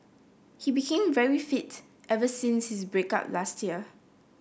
he became very fit ever since his break up last year